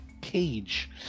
cage